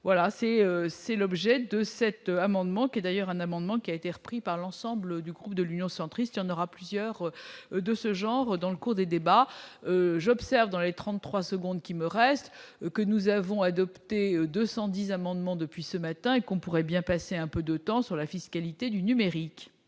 c'est c'est l'objet de cet amendement, qui est d'ailleurs un amendement qui a été repris par l'ensemble du groupe de l'Union centriste en aura plusieurs, de ce genre dans le cours des débats j'observe dans les 33 secondes qui me restent, que nous avons adopté 210 amendements depuis ce matin, qu'on pourrait bien passer un peu de temps sur la fiscalité du numérique.